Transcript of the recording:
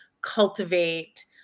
cultivate